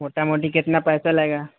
موٹا موٹی کتنا پیسہ لگے گا